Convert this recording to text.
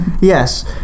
yes